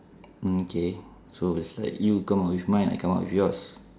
mm okay so it's like you come up with mine I come up with yours